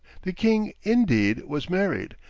the king, indeed, was married,